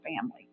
family